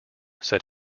said